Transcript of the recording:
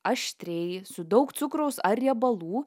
aštriai su daug cukraus ar riebalų